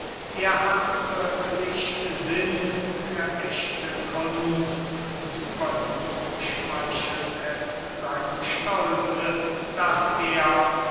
er hat wirklich sinn für ächte kunst und überdieß schmeichelt es seinem stolze daß er